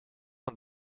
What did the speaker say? een